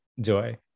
joy